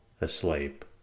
asleep